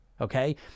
Okay